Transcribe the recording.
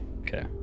Okay